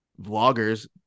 vloggers